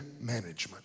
management